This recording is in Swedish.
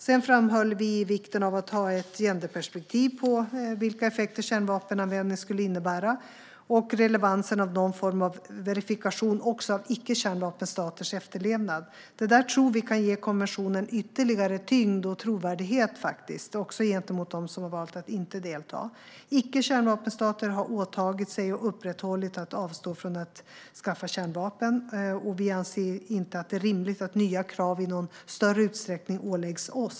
Vi framhöll också vikten av att ha ett genderperspektiv på vilka effekter kärnvapenanvändningen skulle innebära och relevansen av någon form av verifikation av icke-kärnvapenstaters efterlevnad. Det tror vi kan ge konventionen ytterligare tyngd och trovärdighet, även gentemot dem som valt att inte delta. Icke-kärnvapenstater har åtagit sig att avstå från att skaffa kärnvapen och har upprätthållit detta. Vi anser inte att det är rimligt att nya krav åläggs oss i någon större utsträckning.